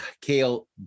Kale